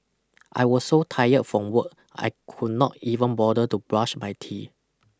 I was so tired from work I could not even bother to brush my teeth